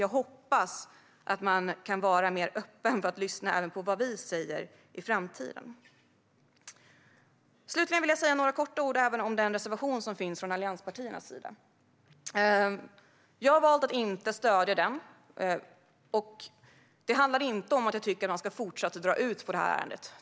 Jag hoppas att man kan vara mer öppen för att lyssna även på vad vi säger i framtiden. Slutligen vill jag säga några korta ord även om den reservation som finns från allianspartiernas sida. Jag har valt att inte stödja den. Det handlar inte om att jag tycker att man ska fortsätta att dra ut på det här ärendet.